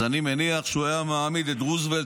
אז אני מניח שהוא היה מעמיד לדין את רוזוולט,